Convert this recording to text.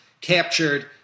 captured